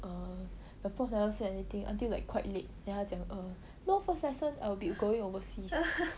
err the prof never say anything until like quite late then 他讲 err no first lesson I will be going overseas